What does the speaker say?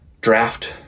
draft